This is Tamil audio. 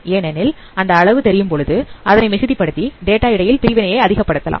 ஏனெனில் அந்த அளவு தெரியும் பொழுது அதனை மிகுதி படுத்தி டேட்டா இடையில் பிரிவினையை அதிகப்படுத்தலாம்